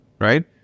right